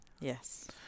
Yes